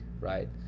right